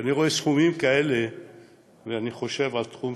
כשאני רואה סכומים כאלה ואני חושב על תחום